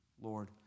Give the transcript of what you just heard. Lord